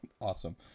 Awesome